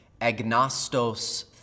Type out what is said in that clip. agnostos